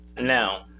Now